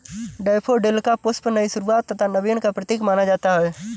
daffodil का पुष्प नई शुरुआत तथा नवीन का प्रतीक माना जाता है